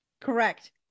correct